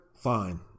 fine